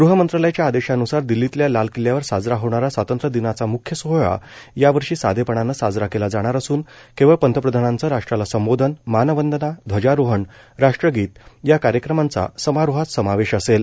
गृहमंत्रालयाच्या आदेशान्सार दिल्लीतल्या लाल किल्ल्यावर साजरा होणारा स्वातंत्र्य दिनाचा म्ख्य सोहळा यावर्षी साधेपणानं साजरा केला जाणार असून केवळ पंतप्रधानांचं राष्ट्राला संबोधन मानवंदना ध्वजारोहण राष्ट्रगीत या कार्यक्रमांचा समारोहात समावेश असेल